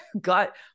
got